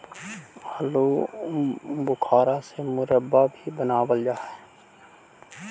आलू बुखारा से मुरब्बा भी बनाबल जा हई